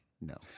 no